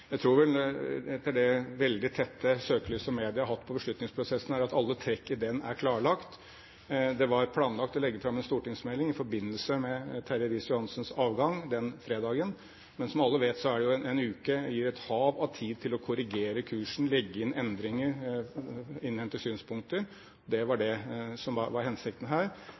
Jeg tror vel etter det veldig tette søkelyset media har hatt på beslutningsprosessen, at alle trekk i den er klarlagt. Det var planlagt å legge fram en stortingsmelding i forbindelse med Terje Riis-Johansens avgang den fredagen. Men som alle vet, gir jo en uke et hav av tid til å korrigere kursen, legge inn endringer og innhente synspunkter. Det var det som var hensikten her.